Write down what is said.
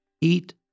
eat